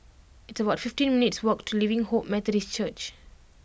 it's about fifteen minutes' walk to Living Hope Methodist Church